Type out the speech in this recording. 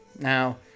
Now